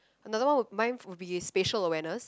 another one mine would be spatial awareness